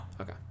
Okay